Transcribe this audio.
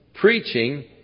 preaching